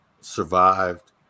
survived